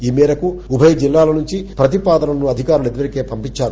ఈ మేరకు ఉభయ జిల్లాల నుంచి ప్రతిపాదనలను అధికారులు ఇదివరకే పంపించారు